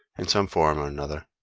in some form or and other,